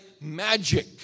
magic